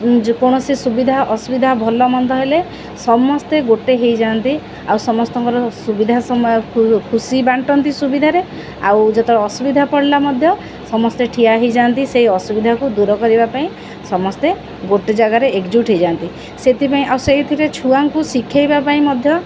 ଯେକୌଣସି ସୁବିଧା ଅସୁବିଧା ଭଲ ମନ୍ଦ ହେଲେ ସମସ୍ତେ ଗୋଟେ ହେଇଯାଆନ୍ତି ଆଉ ସମସ୍ତଙ୍କର ସୁବିଧା ସମୟ ଖୁସି ବାଣ୍ଟନ୍ତି ସୁବିଧାରେ ଆଉ ଯେତେବେଳେ ଅସୁବିଧା ପଡ଼ିଲା ମଧ୍ୟ ସମସ୍ତେ ଠିଆ ହେଇଯାଆନ୍ତି ସେହି ଅସୁବିଧାକୁ ଦୂର କରିବା ପାଇଁ ସମସ୍ତେ ଗୋଟେ ଜାଗାରେ ଏକଜୁଟ ହେଇଯାଆନ୍ତି ସେଥିପାଇଁ ଆଉ ସେହି ଥିରେ ଛୁଆଙ୍କୁ ଶିଖାଇବା ପାଇଁ ମଧ୍ୟ